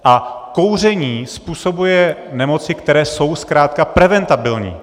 A kouření způsobuje nemoci, které jsou zkrátka preventabilní.